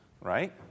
right